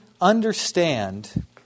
understand